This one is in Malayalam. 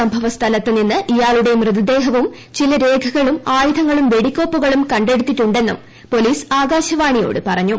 സംഭവസ്ഥലത്ത് ്ട്രിന്ന് ഇയാളുടെ മൃതദേഹവും രേഖകളും ആയ്യുധങ്ങളും വെടിക്കോപ്പുകളും ചില കണ്ടെടുത്തിട്ടുണ്ടെന്നും പ്പൊലീസ് ആകാശവാണിയോട് പറഞ്ഞു